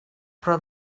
però